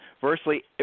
Virtually